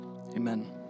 Amen